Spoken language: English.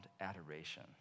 adoration